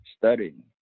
studying